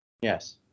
yes